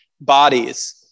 bodies